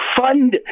fund